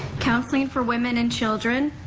counseling for women and children,